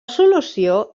solució